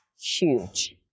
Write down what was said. huge